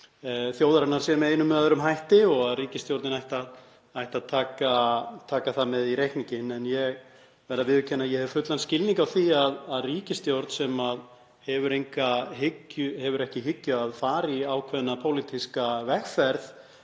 þjóðarinnar sé með einum eða öðrum hætti og að ríkisstjórnin ætti að taka það með í reikninginn. En ég verð að viðurkenna að ég hef fullan skilning á því að ríkisstjórn sem hefur ekki í hyggju að fara í ákveðna pólitíska vegferð